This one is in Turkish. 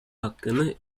hakkını